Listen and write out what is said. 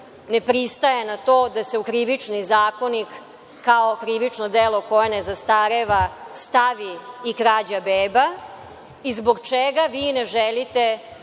ne pristaje na to da se u Krivični zakonik, kao krivično delo koje ne zastareva stavi i krađa beba i zbog čega vi ne želite